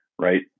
right